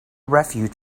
refuge